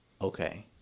okay